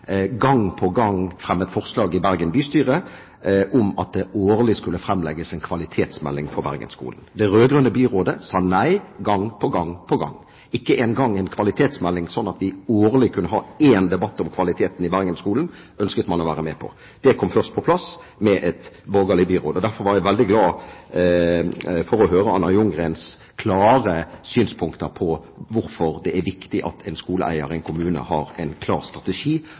gang på gang fremmet forslag i Bergen bystyre om at det årlig skulle framlegges en kvalitetsmelding for Bergen-skolene. Det rød-grønne byrådet sa nei gang på gang – ikke engang en kvalitetsmelding, slik at vi årlig kunne ha én debatt om kvaliteten i Bergen-skolen, ønsket man å være med på. Det kom først på plass med et borgerlig byråd. Derfor var jeg veldig glad for å høre Anna Ljunggrens klare synspunkter på hvorfor det er viktig at en skoleeier i en kommune har en klar strategi